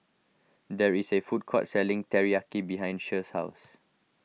there is a food court selling Teriyaki behind Che's house